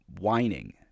whining